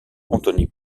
anthony